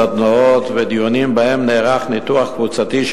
סדנאות ודיונים שבהם נערך ניתוח קבוצתי של